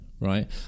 Right